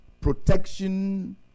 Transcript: protection